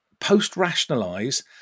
post-rationalize